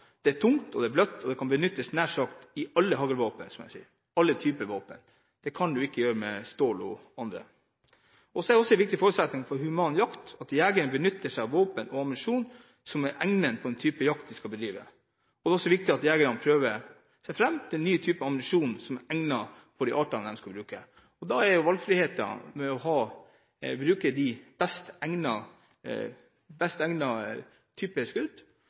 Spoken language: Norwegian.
Det er tungt og bløtt, og det kan benyttes i nær sagt alle haglevåpen – i alle typer våpen, vil jeg si. Det kan ikke stål og annet. Det er en viktig forutsetning for human jakt at jegerne benytter seg av våpen og ammunisjon som er egnet for den type jakt de skal bedrive. Det er også viktig at jegerne prøver seg fram til nye typer ammunisjon som er egnet for de artene de skal bruke dem på. Valgfrihet når det gjelder å bruke de best